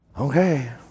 okay